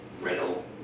Riddle